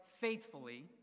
faithfully